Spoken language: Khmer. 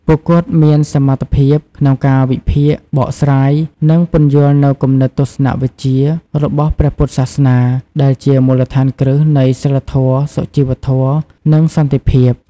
ពួកគាត់មានសមត្ថភាពក្នុងការវិភាគ បកស្រាយ និងពន្យល់នូវគំនិតទស្សនវិជ្ជារបស់ព្រះពុទ្ធសាសនា ដែលជាមូលដ្ឋានគ្រឹះនៃសីលធម៌ សុជីវធម៌ និងសន្តិភាព។